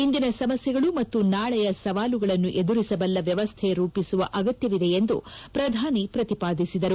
ಇಂದಿನ ಸಮಸ್ಥೆಗಳು ಮತ್ತು ನಾಳೆಯ ಸವಾಲುಗಳನ್ನು ಎದುರಿಸಬಲ್ಲ ವ್ಯವಸ್ಥೆ ರೂಪಿಸುವ ಅಗತ್ಯವಿದೆ ಎಂದು ಪ್ರಧಾನಿ ಪ್ರತಿಪಾದಿಸಿದರು